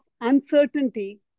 uncertainty